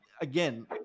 again